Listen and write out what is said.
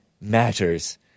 matters